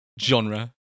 genre